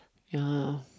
ya